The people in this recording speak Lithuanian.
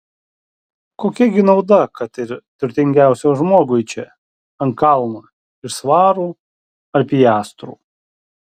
kokia gi nauda kad ir turtingiausiam žmogui čia ant kalno iš svarų ar piastrų